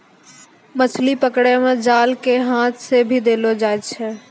मछली पकड़ै मे जाल के हाथ से भी देलो जाय छै